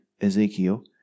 Ezekiel